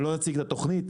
שלא אציג את התוכנית.